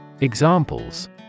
Examples